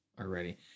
already